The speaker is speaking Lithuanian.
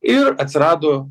ir atsirado